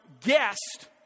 guest